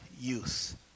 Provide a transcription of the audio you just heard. youth